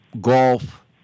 Golf